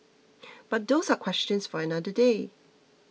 but those are questions for another day